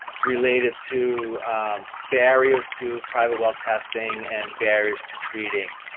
related to barriers to private well testing and barriers to treating.